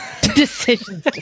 Decisions